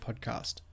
podcast